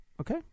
Okay